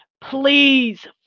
Please